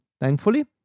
thankfully